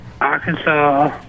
Arkansas